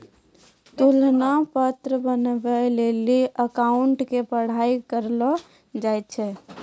तुलना पत्र बनाबै लेली अकाउंटिंग के पढ़ाई करलो जाय छै